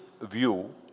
view